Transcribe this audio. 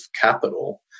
capital